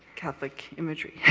catholic imagery.